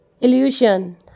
Illusion